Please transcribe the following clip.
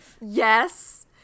Yes